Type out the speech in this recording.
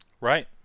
Right